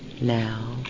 now